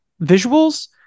visuals